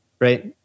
right